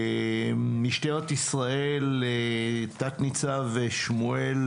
משטרת ישראל תנ"צ שמואל,